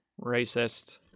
Racist